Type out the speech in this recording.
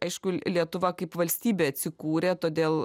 aišku lietuva kaip valstybė atsikūrė todėl